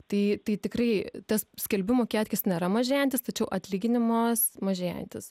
tai tai tikrai tas skelbimų kiekis nėra mažėjantis tačiau atlyginimas mažėjantis